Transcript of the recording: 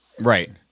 Right